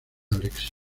alexis